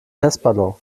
testballon